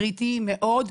קריטי מאוד,